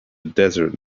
desert